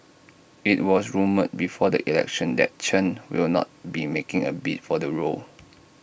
IT was rumoured before the election that Chen will not be making A bid for the role